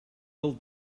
del